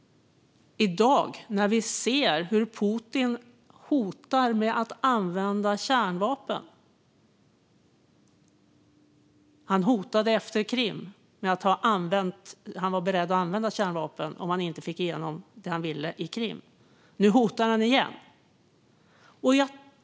I dag ser vi hur Putin hotar med att använda kärnvapen. Han hotade efter Krim med att han var beredd att använda kärnvapen om han inte fick igenom det han ville där. Nu hotar han igen.